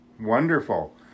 Wonderful